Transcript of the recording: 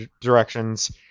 directions